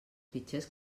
fitxers